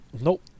Nope